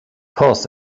paused